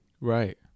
Right